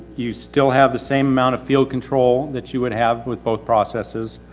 you still have the same amount of field control that you would have with both processes.